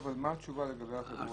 לא, אבל מה התשובה לגבי החברות?